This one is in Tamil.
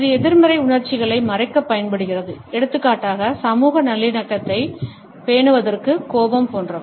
இது எதிர்மறை உணர்ச்சிகளை மறைக்கப் பயன்படுகிறது எடுத்துக்காட்டாக சமூக நல்லிணக்கத்தைப் பேணுவதற்கு கோபம் போன்றவை